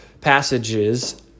passages